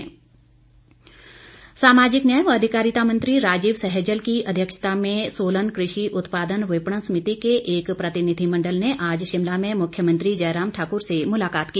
मेंट सामाजिक न्याय व अधिकारिता मंत्री राजीव सहजल की अध्यक्षता में सोलन कृषि उत्पादन विपणन समिति के एक प्रतिनिधिमण्डल ने आज शिमला में मुख्यमंत्री जयराम ठाकुर से मुलाकात की